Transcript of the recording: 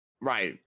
right